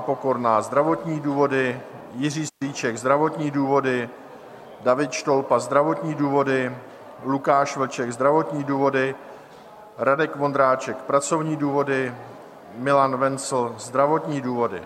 Pokorná zdravotní důvody, Jiří Strýček zdravotní důvody, David Štolpa zdravotní důvody, Lukáš Vlček zdravotní důvody, Radek Vondráček pracovní důvody, Milan Wenzl zdravotní důvody.